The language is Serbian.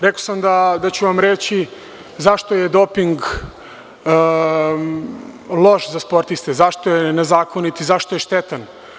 Rekao sam da ću vam reći zašto je doping loš za sportiste, zašto je nezakonit i zašto je štetan.